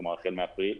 כלומר החל מאפריל.